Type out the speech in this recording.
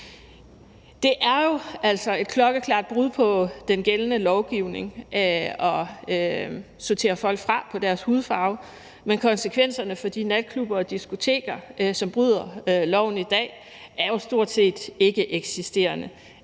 Det er jo altså et klokkeklart brud på den gældende lovgivning at sortere folk fra ud fra deres hudfarve, men konsekvenserne for de natklubber og diskoteker, som bryder loven i dag, er jo stort set ikkeeksisterende.